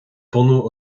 bunú